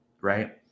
right